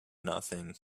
nothing